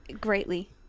Greatly